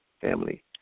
family